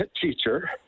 teacher